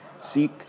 Seek